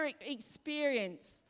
experience